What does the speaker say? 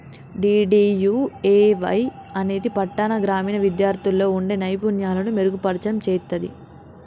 DDUAY అనేది పట్టాణ, గ్రామీణ విద్యార్థుల్లో వుండే నైపుణ్యాలను మెరుగుపర్చడం చేత్తది